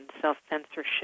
self-censorship